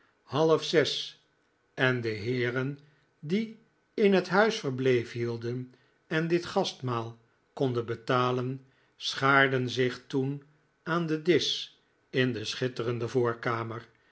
opgediend halfzes en de heeren die in het huis verblijf hielden en dit gastmaal konden betalen schaarden zich toen aan den disch in de schitterende